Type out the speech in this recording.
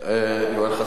יואל חסון?